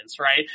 right